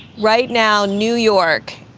right now, new york,